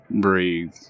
breathe